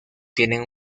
tienen